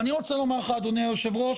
אני רוצה לומר לך אדוני היו"ר,